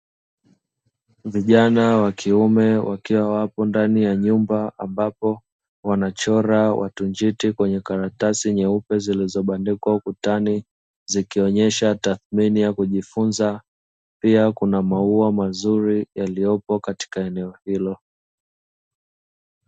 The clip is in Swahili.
Vijana wa kiume wakiwa wapo ndani ya nyumba, ambapo wanachora watu njiti kwenye karatasi nyeupe zilizobandikwa ukutani, zikionyesha tathimini ya kujifunza; pia kuna maua mazuri yaliyopo katika eneo hilo.